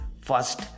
First